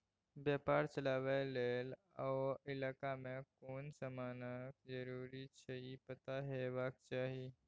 बेपार चलाबे लेल ओ इलाका में कुन समानक जरूरी छै ई पता हेबाक चाही